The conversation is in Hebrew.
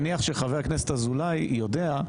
שחבר הכנסת אזולאי יודע,